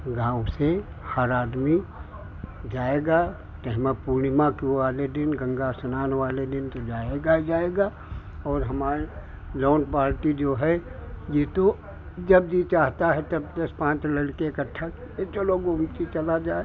गाँव से हर आदमी जाएगा तहेमा पूर्णिमा के वो वाले दिन गंगा स्नान वाले दिन तो जाएगा जाएगा और हमार जऊन पार्टी जो है ये तो जब जी चाहता है तब दस पाँच लड़के इकट्ठा कइके चलो गोमती चला जाए